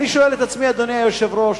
אדוני היושב-ראש,